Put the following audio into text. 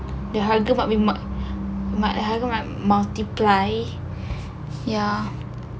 the harga might be multiply ya